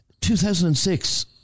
2006